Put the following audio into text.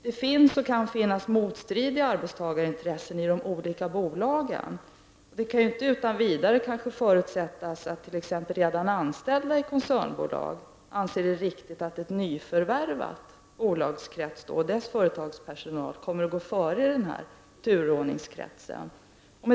Det kan finnas motstridiga arbetstagarintressen i de olika bolagen. Det kan inte utan vidare förutsättas att redan anställda i koncernbolag anser det vara riktigt att ett nyförvärvat bolag och dess företags personal kommer att gå före i turordningskretsen.